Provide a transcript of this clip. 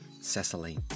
Cecily